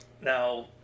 Now